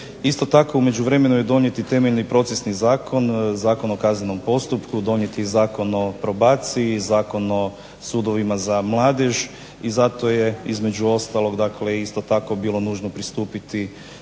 Isto tako u međuvremenu je donijet temeljni procesni zakon, Zakon o kaznenom postupku, donijet je i Zakon o probaciji, Zakon o sudovima za mladež i zato je između ostalog isto tako bilo nužno pristupiti